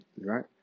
right